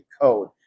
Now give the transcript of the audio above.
code